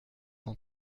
cent